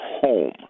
home